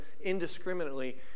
indiscriminately